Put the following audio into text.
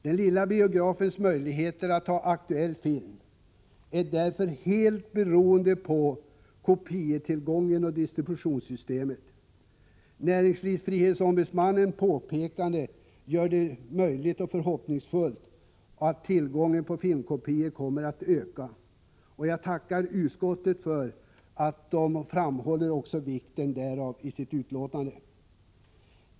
Den lilla biografens möjligheter att ha aktuell film är helt beroende av kopietillgången och distributionssystemet. Näringsfrihetsombudsmannens påpekande inger förhoppningar om att tillgången på filmkopior kommer att öka. Jag tackar utskottet för att det framhåller vikten därav i sitt betänkande.